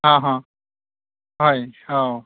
अ अ हय अ